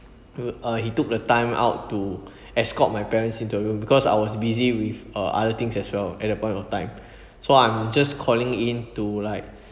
uh he took the time out to escort my parents into the room because I was busy with uh other things as well at the point of time so I'm just calling in to like